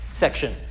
section